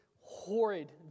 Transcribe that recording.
horrid